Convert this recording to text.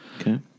Okay